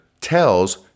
tells